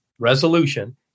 resolution